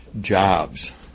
Jobs